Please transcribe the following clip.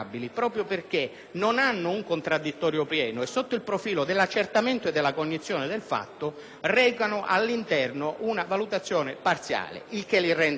non hanno contraddittorio pieno e, sotto il profilo dell'accertamento e della cognizione del fatto, recano all'interno una valutazione parziale. Il che li rende, per loro